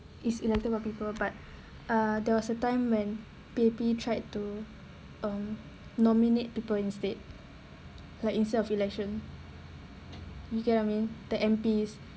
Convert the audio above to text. is elected by people but uh there was a time when P_A_P tried to um nominate people instead like instead of election you get what I mean the M_Ps